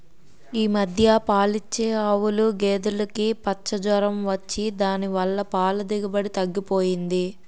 ఈ మధ్య పాలిచ్చే ఆవులు, గేదులుకి పచ్చ జొరం వచ్చి దాని వల్ల పాల దిగుబడి తగ్గిపోయింది